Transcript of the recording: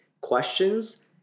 questions